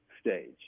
stage